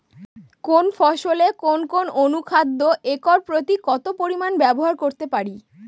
কোন ফসলে কোন কোন অনুখাদ্য একর প্রতি কত পরিমান ব্যবহার করতে পারি?